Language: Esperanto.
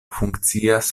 funkcias